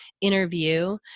interview